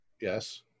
Yes